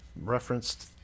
referenced